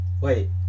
wait